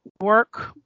work